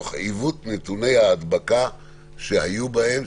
במגבלות מחמירות תוך עיוות נתוני ההדבקה שהיו בהם.